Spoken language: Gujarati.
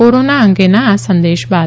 કોરોના અંગેના આ સંદેશ બા દ